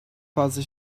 fazla